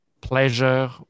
pleasure